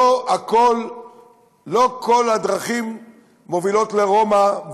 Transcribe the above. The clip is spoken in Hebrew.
לא כל הדרכים מובילות לרומא,